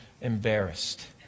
embarrassed